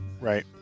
Right